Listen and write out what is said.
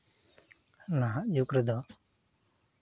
ᱱᱟᱦᱟᱜ ᱡᱩᱜᱽ ᱨᱮᱫᱚ